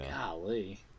Golly